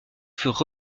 furent